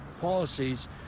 policies